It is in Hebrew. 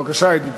בבקשה, ידידי.